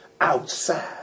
outside